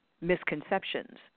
misconceptions